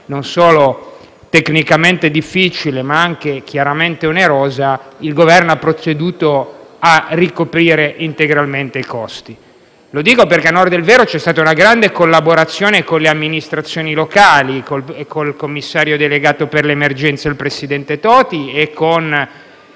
non solo tecnicamente difficile ma anche chiaramente onerosa, il Governo ha proceduto a coprire integralmente i costi. Lo dico perché ad onor del vero vi è stata grande collaborazione con le amministrazioni locali, con il commissario delegato per l’emergenza - il presidente Toti - e con